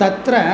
तत्र